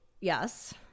Yes